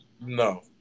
No